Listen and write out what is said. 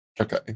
Okay